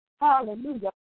Hallelujah